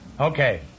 Okay